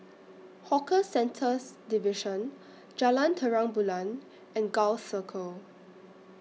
Hawker Centres Division Jalan Terang Bulan and Gul Circle